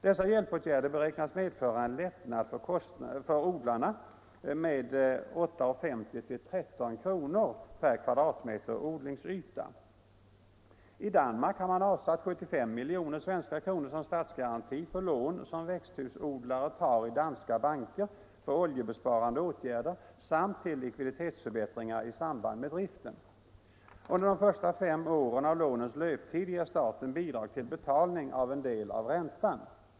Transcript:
Dessa hjälpåtgärder beräknas = näringen medföra en lättnad för odlarna med 8:50-13 kr. per m? odlingsyta. I Danmark har man avsatt 75 miljoner svenska kronor som statsgaranti för lån som växthusodlare tar i danska banker för oljebesparande åtgärder samt till likviditetsförbättringar i samband med driften. Under de första fem åren av lånens löptid ger staten bidrag till betalning av en del av räntan.